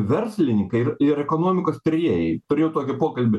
verslininkai ir ir ekonomikos tryrėjai turėjau tokį pokalbį